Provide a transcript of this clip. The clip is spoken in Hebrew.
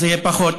זה יהיה פחות.